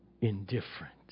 indifferent